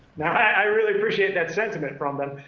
now, i really appreciate that sentiment from them,